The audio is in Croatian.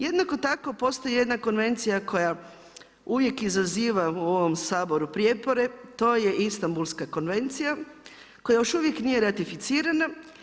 Jednako tako postoji jedna konvencija koja uvijek izaziva u ovom Saboru prijepore, to je Istambulska konvencija koja još uvijek nije ratificirana.